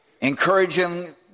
encouraging